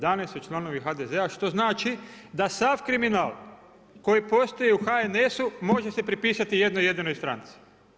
11 su članovi HDZ što znači da sav kriminal koji postoji u HNS-u može se pripisati jednoj jedinoj stranci.